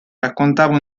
raccontava